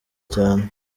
cyane